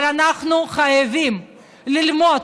אבל אנחנו חייבים ללמוד